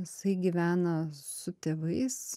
jisai gyvena su tėvais